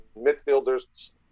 midfielders